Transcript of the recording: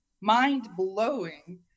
mind-blowing